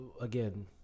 again